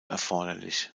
erforderlich